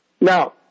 Now